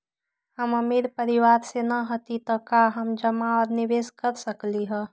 हम अमीर परिवार से न हती त का हम जमा और निवेस कर सकली ह?